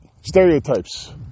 Stereotypes